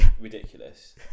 ridiculous